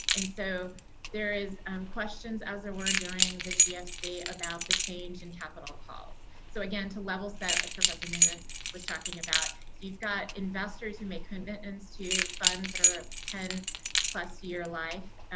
and so there is questions, as there were during the gfc, about the change in capital calls. so again, to level set, like professor newman was talking about, you've got investors who make commitments to funds that are a ten plus year life.